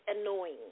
annoying